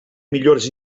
millores